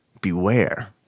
beware